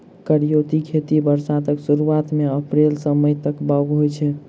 करियौती खेती बरसातक सुरुआत मे अप्रैल सँ मई तक बाउग होइ छै